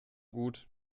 gut